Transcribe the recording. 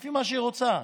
לפי מה שהיא רוצה,